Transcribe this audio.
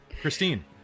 Christine